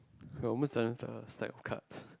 I'm almost done with the stack of cards